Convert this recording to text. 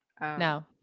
No